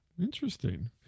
Interesting